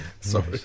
Sorry